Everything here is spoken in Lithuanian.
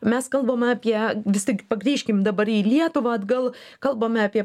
mes kalbam apie vis tik pargrįžkim dabar į lietuvą atgal kalbame apie